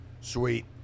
Sweet